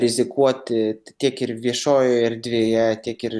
rizikuoti tiek ir viešojoje erdvėje tiek ir